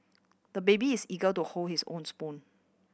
the baby is eager to hold his own spoon